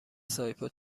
سایپا